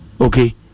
Okay